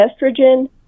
estrogen